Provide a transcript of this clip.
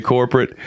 Corporate